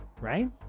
right